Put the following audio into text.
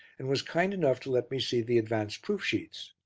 and was kind enough to let me see the advance proof sheets.